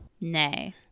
Nay